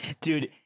Dude